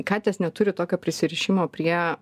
katės neturi tokio prisirišimo prie